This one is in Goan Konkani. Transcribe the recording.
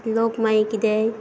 लोक मागीर कितेंय